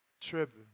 Tripping